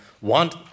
want